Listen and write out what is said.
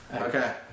Okay